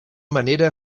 manera